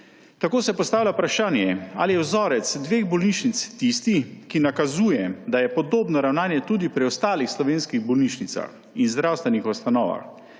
Tako se postavlja vprašanje, ali je vzorec dveh bolnišnic tisti, ki nakazuje, da je podobno ravnanje tudi pri ostalih slovenskih bolnišnicah in zdravstvenih ustanovah.